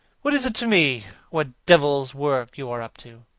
what is it to me what devil's work you are up to?